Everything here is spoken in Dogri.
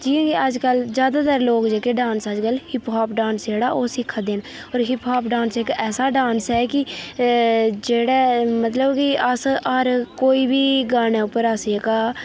जियां जियां अज्जकल ज्यादातर लोक जेह्के डान्स अज्जकल हिप होप डान्स जेह्डा ओह् सिक्खै दे न होर हिप होप डांस इक ऐसा डान्स ऐ कि जेह्ड़ा मतलब कि अस हर कोई बी गाने उप्पर अस जेह्का